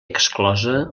exclosa